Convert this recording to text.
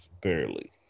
barely